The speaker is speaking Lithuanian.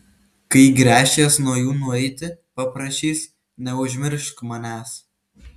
kai gręšies nuo jų nueiti paprašys neužmiršk manęs